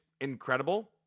incredible